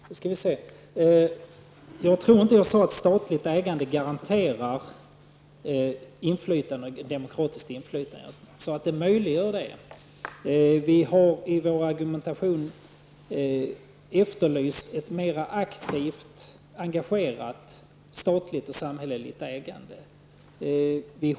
Herr talman! Jag tror inte att jag sade att statligt ägande garanterar demokratiskt inflytande. Jag sade att det möjliggör detta. Vi har efterlyst ett mer aktivt engagerat statligt och samhälleligt ägande i vår argumentation.